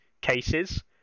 cases